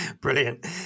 Brilliant